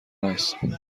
است